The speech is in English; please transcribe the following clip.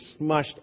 smushed